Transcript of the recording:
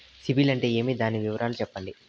సిబిల్ అంటే ఏమి? దాని వివరాలు సెప్పండి?